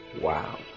Wow